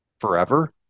forever